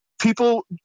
people